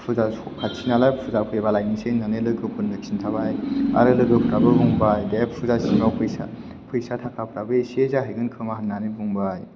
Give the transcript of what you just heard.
फुजा खाथि नालाय फुजा फैबा लायनोसै होननानै लोगोफोरनो खिन्थाबाय आरो लोगोफोराबो बुंबाय दे फुजासिमाव फैसा थाखाफ्राबो इसे जाहैगोनखोमा होननानै बुंबाय